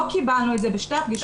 לא קיבלנו את זה בשתי הפגישות.